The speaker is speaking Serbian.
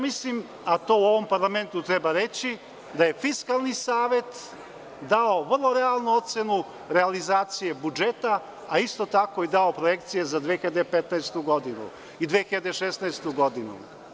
Mislim, a to u ovom parlamentu treba reći da je Fiskalni savet dao vrlo realnu ocenu realizaciji budžeta, a isto tako i dao projekcije za 2015. godinu i 2016. godinu.